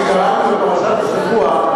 כשקראנו בפרשת השבוע,